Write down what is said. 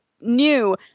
new